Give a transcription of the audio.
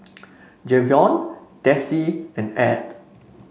Jayvion Dessie and Ed